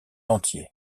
entier